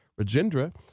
Rajendra